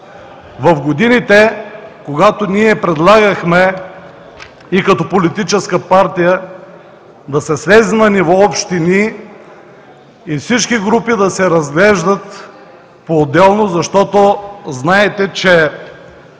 В годините, когато ние предлагахме и като политическа партия да се слезе на ниво общини и всички групи да се разглеждат поотделно защото знаете, че